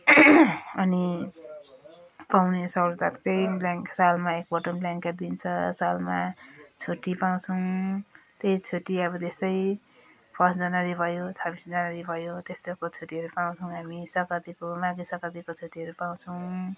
अनि पाउने सहुलियत त त्यही ब्लेङ सालमा एक पल्ट ब्ल्याङ्केट दिन्छ सालमा छुट्टी पाउँछौँ त्यही छुट्टी अब त्यस्तै फर्स्ट जनवरी भयो छब्बिस जनवरी भयो त्यस्तैको छुट्टीहरू पाउँछौँ हामी सग्राँतीको माघे सग्राँतीको छुट्टीहरू पाउँछौँ